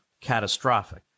catastrophic